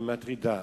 היא מטרידה.